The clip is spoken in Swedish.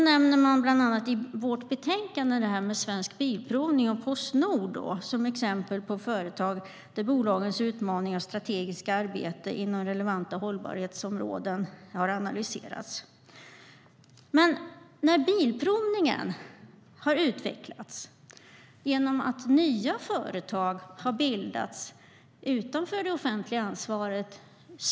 Bilprovningen har utvecklats genom att nya företag har bildats utanför det offentliga ansvaret.